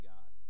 God